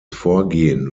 vorgehen